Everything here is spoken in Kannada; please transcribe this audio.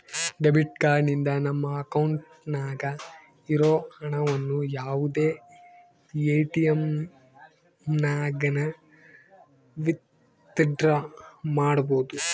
ಡೆಬಿಟ್ ಕಾರ್ಡ್ ನಿಂದ ನಮ್ಮ ಅಕೌಂಟ್ನಾಗ ಇರೋ ಹಣವನ್ನು ಯಾವುದೇ ಎಟಿಎಮ್ನಾಗನ ವಿತ್ ಡ್ರಾ ಮಾಡ್ಬೋದು